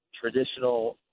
traditional